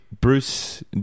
Bruce